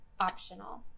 optional